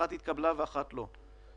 אחת התקבלה, אחת לא.